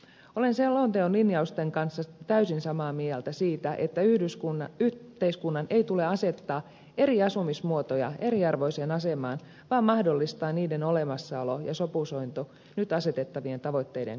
olen selonteon linjausten kanssa täysin samaa mieltä siitä että yhteiskunnan ei tule asettaa eri asumismuotoja eriarvoiseen asemaan vaan mahdollistaa niiden olemassaolo ja sopusointu nyt asetettavien tavoitteiden kanssa